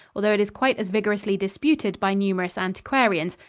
although it is quite as vigorously disputed by numerous antiquarians,